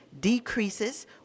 decreases